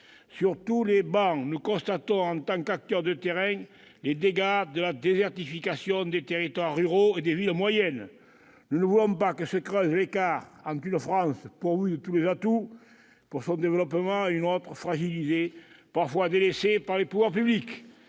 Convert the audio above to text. Sur toutes les travées, nous constatons, en tant qu'acteurs de terrain, les dégâts de la désertification des territoires ruraux et des villes moyennes. Nous ne voulons pas que se creuse l'écart entre une France pourvue de tous les atouts pour son développement et une autre fragilisée, parfois délaissée par les pouvoirs publics.